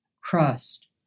crust